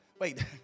Wait